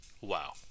wow